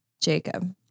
Jacob